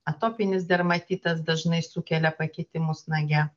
atopinis dermatitas dažnai sukelia pakitimus nage